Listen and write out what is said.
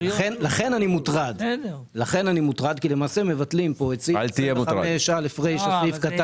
לכן אני מוטרד כי למעשה מבטלים כאן את סעיף 25א(ב).